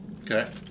Okay